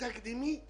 תקדימי מאוד.